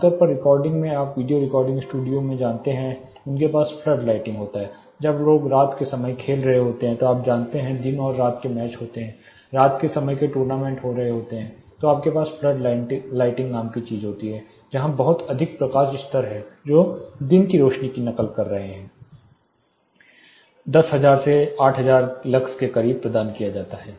आमतौर पर रिकॉर्डिंग में आप वीडियो रिकॉर्डिंग स्टूडियो को जानते हैं कि उनके पास फ्लड लाइटिंग होता है जब लोग रात के समय में खेल रहे होते हैं जब आप जानते हैं कि दिन और रात के मैच हो रहे हैं रात के समय के टूर्नामेंट हो रहे हैं तो आपके पास फ्लड लाइटिंग नाम चीज होती है जहां बहुत अधिक प्रकाश स्तर है जो दिन की रोशनी की नकल कर रहे हैं 10000 लक्स के करीब 8000 से अधिक लक्स प्रदान किए जाते हैं